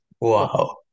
Wow